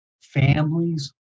Families